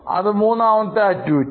അത് മൂന്നാമത്തെ ആക്ടിവിറ്റി